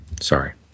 Sorry